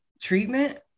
treatment